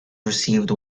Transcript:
received